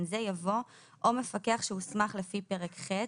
זה" יבוא "או מפקח שהוסמך לפי פרק ח'",